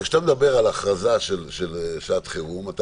כשאתה מדבר על ההכרזה של שעת חירום אתה